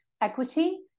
equity